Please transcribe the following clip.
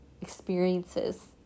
experiences